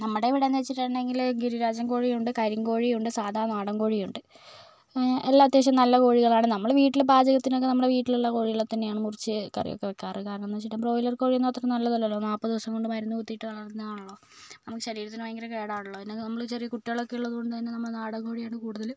നമ്മുടെ ഇവിടെ നിന്ന് വെച്ചിട്ടുണ്ടെങ്കിൽ ഗിരിരാജൻ കോഴിയുണ്ട് കരിങ്കോഴിയുണ്ട് സാധാ നാടൻ കോഴിയുണ്ട് എല്ലാം അത്യാവശ്യം നല്ല കോഴികളാണ് നമ്മൾ വീട്ടിൽ പാചകത്തിനൊക്കെ നമ്മളുടെ വീട്ടിലുള്ള കോഴികളെ തന്നെയാണ് മുറിച്ച് കറിയൊക്കെ വെക്കാറ് കാരണം എന്ന് വെച്ചിട്ടുണ്ടെങ്കിൽ ബ്രോയിലർ കോഴി ഒന്നും അത്ര നല്ലതല്ലല്ലോ നാൽപ്പത് ദിവസംകൊണ്ട് മരുന്ന് കുത്തിയിട്ട് വരുന്നത് ആണല്ലോ നമുക്ക് ശരീരത്തിന് ഭയങ്കര കേടാണല്ലോ പിന്നെ നമ്മൾ ചെറിയ കുട്ടികളൊക്കെ ഉള്ളത് കൊണ്ടുതന്നെ നമ്മൾ നാടൻ കോഴിയാണ് കൂടുതൽ